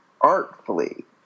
artfully